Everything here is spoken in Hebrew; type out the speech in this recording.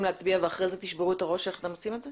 להצביע ואחר כך תשברו את הראש איך אתם עושים את זה?